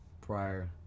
prior